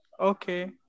Okay